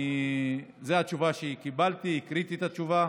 זו התשובה שקיבלתי, הקראתי את התשובה,